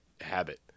habit